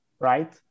right